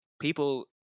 people